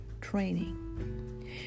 training